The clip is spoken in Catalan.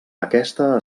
aquesta